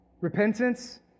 Repentance